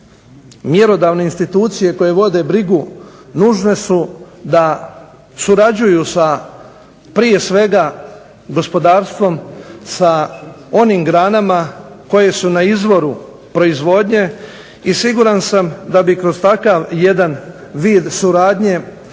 mjerodavne institucije koje vode brigu nužne su da surađuju sa prije svega gospodarstvom, onim granama koje su na izvoru proizvodnje i siguran sam da bi kroz takav jedan vid suradnje